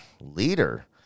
leader